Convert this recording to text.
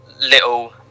little